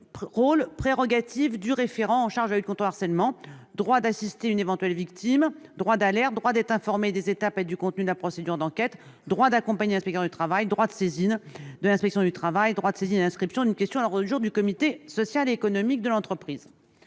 les prérogatives du référent en charge de la lutte contre le harcèlement : droit d'assister une éventuelle victime, droit d'alerte, droit d'être informé des étapes et du contenu de la procédure d'enquête, droit d'accompagner l'inspection du travail, droit de saisine de l'inspection du travail, droit de saisine et inscription d'une question à l'ordre du jour du comité social et économique de l'entreprise.